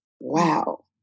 Wow